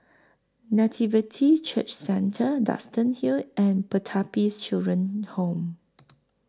Nativity Church Centre Duxton Hill and Pertapis Children Home